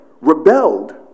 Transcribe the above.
rebelled